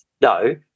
No